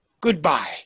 goodbye